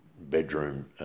bedroom